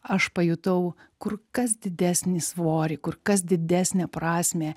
aš pajutau kur kas didesnį svorį kur kas didesnę prasmę